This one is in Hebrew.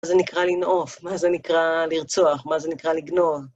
מה זה נקרא לנאוף? מה זה נקרא לרצוח? מה זה נקרא לגנוב?